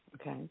Okay